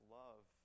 love